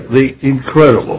the incredible